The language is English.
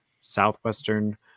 southwestern